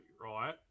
right